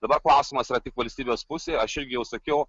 dabar klausimas yra tik valstybės pusėj aš irgi jau sakiau